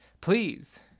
Please